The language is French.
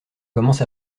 commence